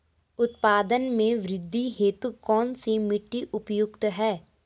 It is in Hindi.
उत्पादन में वृद्धि हेतु कौन सी मिट्टी उपयुक्त है?